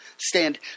Stand